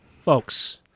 Folks